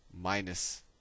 Minus